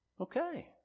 Okay